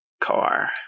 car